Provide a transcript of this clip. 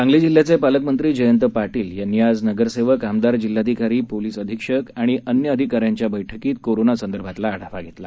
सांगली जिल्ह्याचे पालकमंत्री जयंत पाटील यांनी आज नगरसेवक आमदार जिल्हाधिकारी पोलीस अधीक्षक आणि अन्य अधिकाऱ्यांच्या बर्क्कीत कोरोना संदर्भात आढावा धेतला